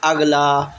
اگلا